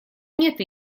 нет